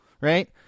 right